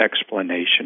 explanation